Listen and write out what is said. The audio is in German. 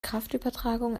kraftübertragung